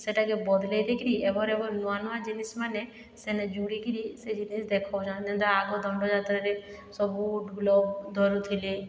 ସେଟାକେ ବଦଲେଇ ଦେଇକିରି ଏବର୍ ଏବର୍ ନୂଆ ନୂଆ ଜିନିଷ୍ ମାନେ ସେନେ ଜୁଡ଼ିକିରି ସେ ଜିନିଷ୍ ଦେଖଉଛନ୍ ଯେନ୍ତା ଆଗ ଦଣ୍ଡଯାତ୍ରାରେ ସବୁ ଢୁଲ ଧରୁଥିଲେ